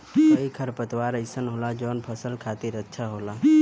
कई खरपतवार अइसनो होला जौन फसल खातिर अच्छा होला